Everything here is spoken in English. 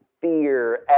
fear